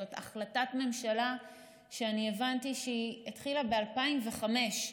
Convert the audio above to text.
זאת החלטת ממשלה שאני הבנתי שהתחילה ב-2005,